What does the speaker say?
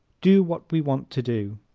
do what we want to do